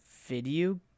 video